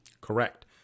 Correct